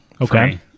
Okay